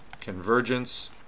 convergence